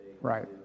Right